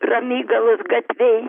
ramygalos gatvėj